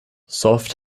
soft